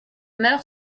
meurt